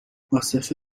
عاصف